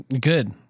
Good